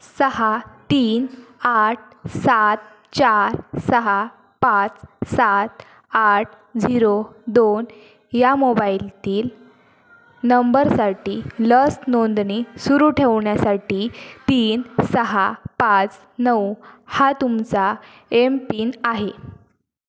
सहा तीन आठ सात चार सहा पाच सात आठ झिरो दोन या मोबाईलतील नंबरसाठी लस नोंदणी सुरू ठेवण्यासाठी तीन सहा पाच नऊ हा तुमचा एम पिन आहे